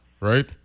right